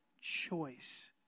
choice